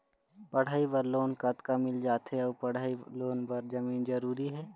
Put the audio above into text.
पढ़ई बर लोन कतका मिल जाथे अऊ पढ़ई लोन बर जमीन जरूरी हे?